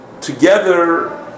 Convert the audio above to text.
together